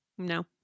No